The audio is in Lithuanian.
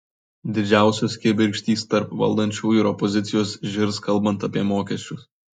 didžiausios kibirkštys tarp valdančiųjų ir opozicijos žirs kalbant apie mokesčius